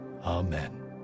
amen